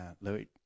Louis